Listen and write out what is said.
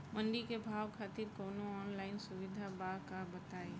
मंडी के भाव खातिर कवनो ऑनलाइन सुविधा बा का बताई?